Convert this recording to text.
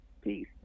Peace